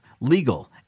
legal